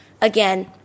again